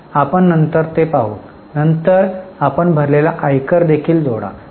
आपण नंतर ते पाहू नंतर आपण भरलेला आयकर देखील जोडा